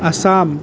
Assam